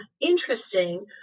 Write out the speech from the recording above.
interesting